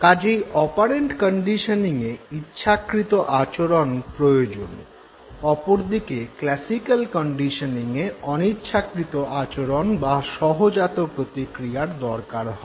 কাজেই অপারেন্ট কন্ডিশনিঙে ইচ্ছাকৃত আচরণ প্রয়োজন অপরদিকে ক্লাসিক্যাল কন্ডিশনিঙে অনিচ্ছাকৃত আচরণ বা সহজাত প্রতিক্রিয়ার দরকার হয়